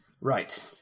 right